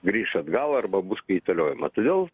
grįš atgal arba bus kaitaliojama todėl